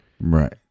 Right